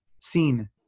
seen